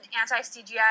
anti-CGI